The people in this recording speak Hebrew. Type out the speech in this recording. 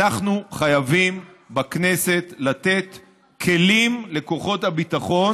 אנחנו חייבים בכנסת לתת כלים לכוחות הביטחון